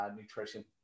nutrition